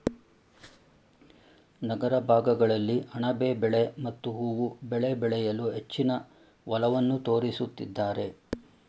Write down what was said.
ನಗರ ಭಾಗಗಳಲ್ಲಿ ಅಣಬೆ ಬೆಳೆ ಮತ್ತು ಹೂವು ಬೆಳೆ ಬೆಳೆಯಲು ಹೆಚ್ಚಿನ ಒಲವನ್ನು ತೋರಿಸುತ್ತಿದ್ದಾರೆ